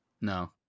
No